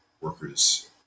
workers